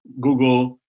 Google